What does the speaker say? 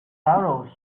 sorrows